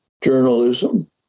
journalism